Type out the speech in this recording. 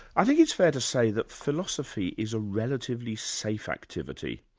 i think it's fair to say that philosophy is a relatively safe activity.